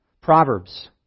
Proverbs